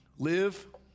Live